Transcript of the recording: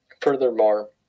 Furthermore